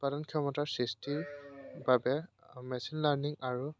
উৎপাদন ক্ষমতাৰ সৃষ্টিৰ বাবে মেচিন লাৰ্নিং আৰু